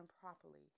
properly